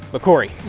but cory,